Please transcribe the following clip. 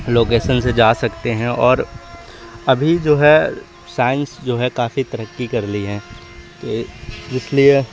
location سے جا سکتے ہیں اور ابھی جو ہے سائنس جو ہے کافی ترقی کر لی ہے تو اس لیے